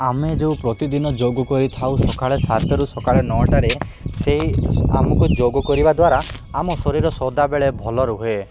ଆମେ ଯେଉଁ ପ୍ରତିଦିନ ଯୋଗ କରିଥାଉ ସକାଳେ ସାତରୁ ସକାଳେ ନଅଟାରେ ସେହି ଆମକୁ ଯୋଗ କରିବା ଦ୍ୱାରା ଆମ ଶରୀର ସଦାବେଳେ ଭଲ ରୁହେ